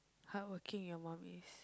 hardworking your mum is